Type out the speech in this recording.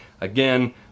Again